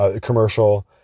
commercial